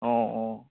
অঁ অঁ